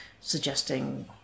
suggesting